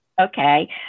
okay